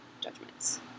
judgments